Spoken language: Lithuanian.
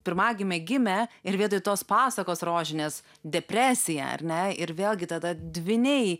pirmagimė gimė ir vietoj tos pasakos rožinės depresija ar ne ir vėlgi tada dvyniai